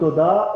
תודה,